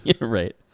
Right